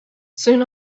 soon